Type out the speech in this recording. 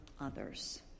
others